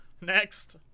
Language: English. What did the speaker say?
Next